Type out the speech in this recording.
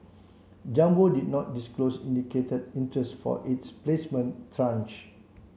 jumbo did not disclose indicated interest for its placement tranche